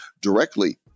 directly